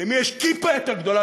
למי יש כיפה יותר גדולה.